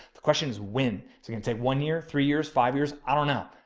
the question is when it's going to say one year, three years, five years, i don't know.